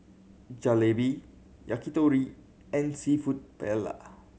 Jalebi Yakitori and Seafood Paella